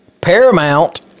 Paramount